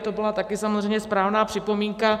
To byla taky samozřejmě správná připomínka.